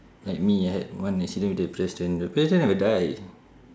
like me I had one accident with the pedestrian the pedestrian never die